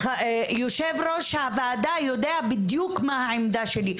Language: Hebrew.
יושב-ראש הוועדה יודע בדיוק מה העמדה שלי.